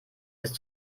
ist